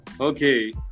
Okay